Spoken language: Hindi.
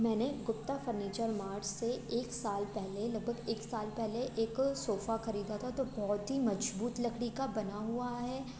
मैंने गुप्ता फर्निचर मार्स से एक साल पहले लगभग एक साल पहले एक सोफ़ा ख़रीदा था तो बहुत ही मज़बूत लकड़ी का बना हुआ है